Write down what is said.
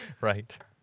Right